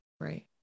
right